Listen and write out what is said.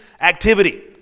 activity